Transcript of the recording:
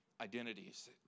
identities